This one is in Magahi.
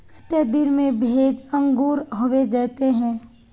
केते दिन में भेज अंकूर होबे जयते है?